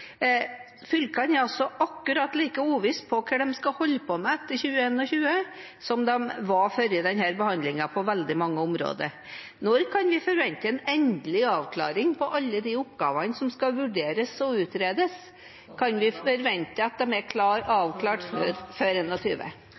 Fylkene er akkurat like usikre på hva de skal holde på med etter 2021, som de var før denne behandlingen på veldig mange områder. Når kan vi forvente en endelig avklaring på alle de oppgavene som skal vurderes og utredes? Kan vi forvente at det er avklart før